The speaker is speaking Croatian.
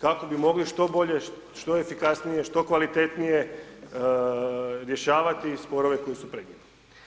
kako bi mogli što bolje, što efikasnije, što kvalitetnije, rješavati sporove koji su pred njima.